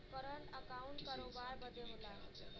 current account करोबार बदे होला